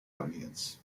audience